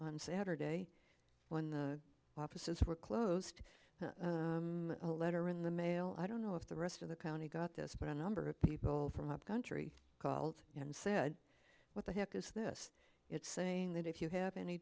on saturday when the offices were closed a letter in the mail i don't know if the rest of the county got this but a number of people from up country called and said what the heck is this it's saying that if you have any